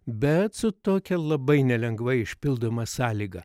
bet su tokia labai nelengvai išpildoma sąlyga